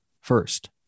first